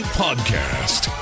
podcast